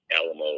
Alamo